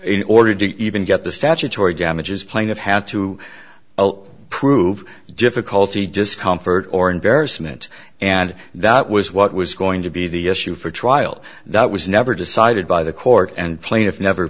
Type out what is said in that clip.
in order to even get the statutory damages plain of how to prove difficulty discomfort or embarrassment and that was what was going to be the issue for trial that was never decided by the court and plaintiff never